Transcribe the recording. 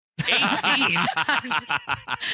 18